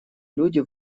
люди